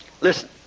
Listen